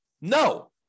No